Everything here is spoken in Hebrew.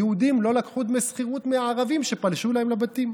היהודים לא לקחו דמי שכירות מהערבים שפלשו להם לבתים,